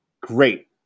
Great